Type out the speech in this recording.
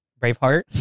Braveheart